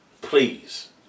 Please